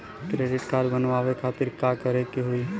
Credit card बनवावे खातिर का करे के होई?